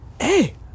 hey